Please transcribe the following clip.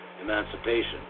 emancipation